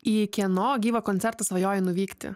į kieno gyvą koncertą svajoji nuvykti